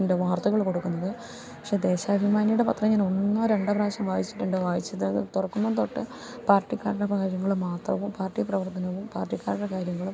വാർത്തകള് കൊടുക്കുന്നത് പക്ഷെ ദേശാഭിമാനിയുടെ പത്രം ഞാൻ ഒന്നോ രണ്ടോ പ്രാവശ്യം വായിച്ചിട്ടുണ്ട് വായിച്ചത് തുറക്കുന്നതു തൊട്ട് പാർട്ടിക്കാരുടെ കാര്യങ്ങള് മാത്രവും പാർട്ടി പ്രവർത്തനവും പാർട്ടിക്കാരുടെ കാര്യങ്ങളും